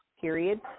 period